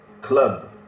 club